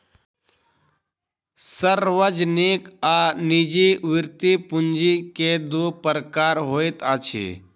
सार्वजनिक आ निजी वृति पूंजी के दू प्रकार होइत अछि